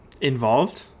involved